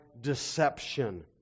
deception